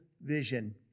vision